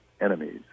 enemies